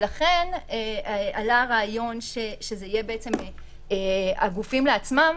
ולכן עלה הרעיון שזה יהיה בעצם הגופים לעצמם,